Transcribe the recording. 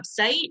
website